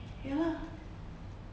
ya lah